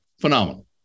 phenomenal